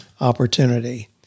opportunity